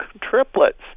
triplets